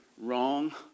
wrong